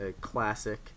classic